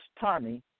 Tommy